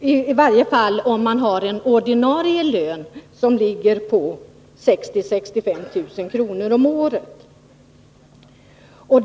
i varje fall om man har en ordinarie lön som ligger på 60 000-65 000 kr. om året.